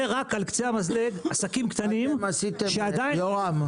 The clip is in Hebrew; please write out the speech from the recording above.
זה רק על קצה המזלג עסקים קטנים שעדין -- יורם,